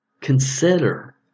consider